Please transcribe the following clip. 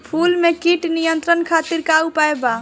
फूल में कीट नियंत्रण खातिर का उपाय बा?